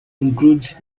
includes